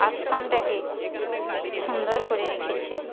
আশ্রমটাকে সুন্দর করে রেখেছে